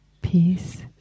peace